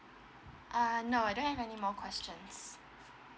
uh no I don't have any more questions